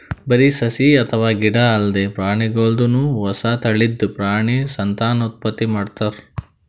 ಬರಿ ಸಸಿ ಅಥವಾ ಗಿಡ ಅಲ್ದೆ ಪ್ರಾಣಿಗೋಲ್ದನು ಹೊಸ ತಳಿದ್ ಪ್ರಾಣಿ ಸಂತಾನೋತ್ಪತ್ತಿ ಮಾಡ್ತಾರ್